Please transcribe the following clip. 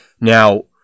Now